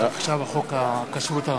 עכשיו חוק הכשרות צבאיות.